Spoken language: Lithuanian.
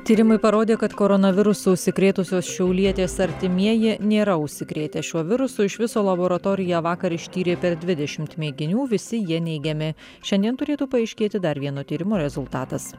tyrimai parodė kad koronavirusu užsikrėtusios šiaulietės artimieji nėra užsikrėtę šiuo virusu iš viso laboratoriją vakar ištyrė per dvidešimt mėginių visi jie neigiami šiandien turėtų paaiškėti dar vieno tyrimo rezultatas